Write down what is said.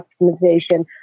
optimization